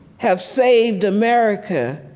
have saved america